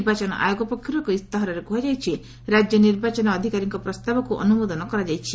ନିର୍ବାଚନ ଆୟୋଗ ପକ୍ଷର୍ ଏକ ଇସ୍ତାହାରରେ କୁହାଯାଇଛି ରାଜ୍ୟ ନିର୍ବାଚନ ଅଧିକାରୀଙ୍କ ପ୍ରସ୍ତାବକୁ ଅନୁମୋଦନ କରାଯାଇଛି